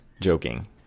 joking